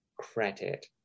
credit